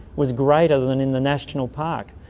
was greater than in the national park.